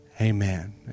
amen